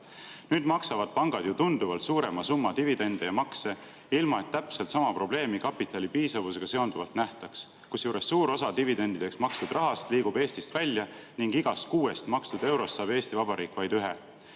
Nüüd maksavad pangad ju tunduvalt suurema summa dividende ja makse, ilma et täpselt sama probleemi kapitali piisavusega seonduvalt nähtaks, kusjuures suur osa dividendideks makstud rahast liigub Eestist välja ning igast kuuest makstud eurost saab Eesti Vabariik vaid ühe.